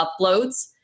uploads